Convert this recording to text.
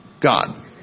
God